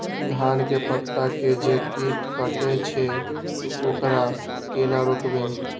धान के पत्ता के जे कीट कटे छे वकरा केना रोकबे?